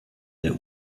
der